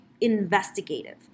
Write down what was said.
investigative